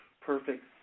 perfect